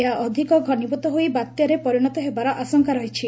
ଏହା ଅଧିକ ଘନିଭ୍ତ ହୋଇ ବାତ୍ୟାରେ ପରିଶତ ହେବାର ଆଶଙ୍କା ରହିଛି